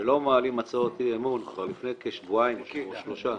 שלא מעלים הצעות אי אמון כבר לפני כשבועיים או שלושה.